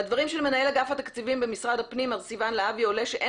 מהדברים של מנהל אגף התקציבים במשרד הפנים מר סיון להבי עולה שאין